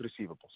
receivables